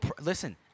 listen